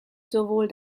sowohl